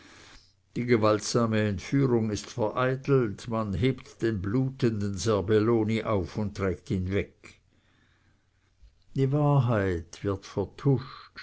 die gewaltsame entführung ist vereitelt man hebt den blutenden serbelloni auf und trägt ihn weg die wahrheit wird vertuscht